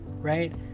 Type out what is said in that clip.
right